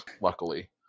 luckily